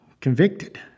convicted